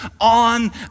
on